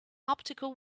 optical